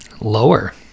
Lower